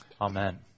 Amen